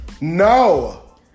no